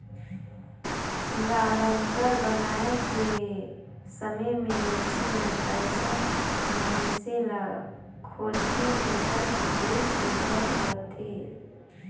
guarantor बनाए के समे में मइनसे मन अइसन मइनसे ल खोझथें जेकर सिविल सुग्घर रहथे